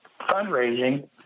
fundraising